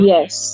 Yes